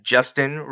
Justin